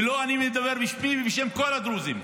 ולא, אני מדבר בשמי ובשם כל הדרוזים.